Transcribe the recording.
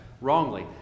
wrongly